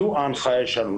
זו ההנחיה שלנו.